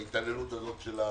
ההתעללות של הפקידות,